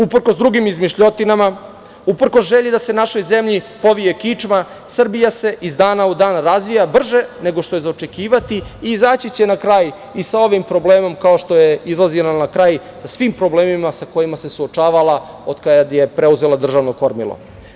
Uprkos drugim izmišljotinama, uprkos želji da se našoj zemlji povije kičma, Srbija se iz dana u dan razvija, brže nego što je za očekivati i izaći će na kraj i sa ovim problemom, kao što je izlazila na kraj sa svim problemima sa kojima se suočavala, od kada je preuzela državno kormilo.